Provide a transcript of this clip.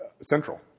central